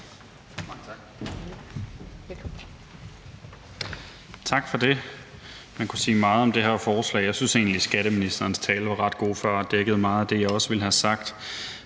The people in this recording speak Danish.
Tak for det. Man kunne sige meget om det her forslag. Jeg synes egentlig, at skatteministerens tale før var ret god og dækkede meget af det, jeg også ville have sagt.